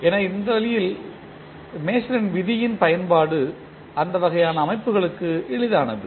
எனவே இந்த வழியில் மேசனின் விதியின் பயன்பாடு அந்த வகையான அமைப்புகளுக்கு எளிதானது